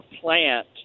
plant